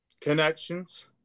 connections